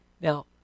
Now